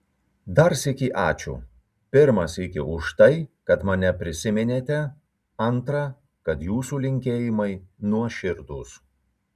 dar sykį ačiū pirmą sykį už tai kad mane prisiminėte antrą kad jūsų linkėjimai nuoširdūs